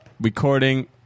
recording